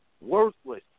Worthless